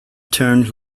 turn